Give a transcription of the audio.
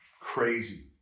crazy